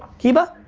kee-vah?